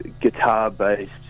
guitar-based